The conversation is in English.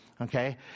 okay